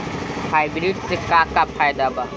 Hybrid से का का फायदा बा?